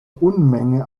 unmenge